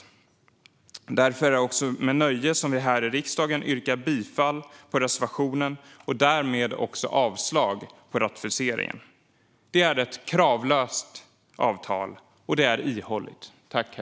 Därför är det också med nöje som jag här i riksdagen yrkar bifall till reservationen och därmed avslag på ratificeringen. Detta är ett kravlöst och ihåligt avtal.